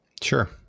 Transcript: Sure